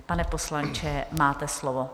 Pane poslanče, máte slovo.